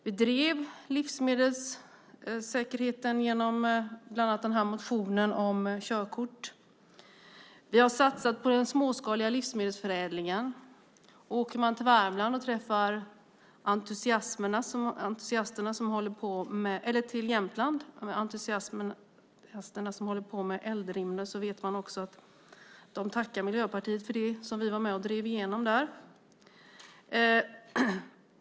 Vi drev frågan om livsmedelssäkerheten genom bland annat motionen om körkort. Vi har satsat på den småskaliga livsmedelsförädlingen. Åker man till Jämtland och träffar de entusiaster som håller på med Eldrimner så vet man också att de tackar Miljöpartiet för det som vi var med och drev igenom där.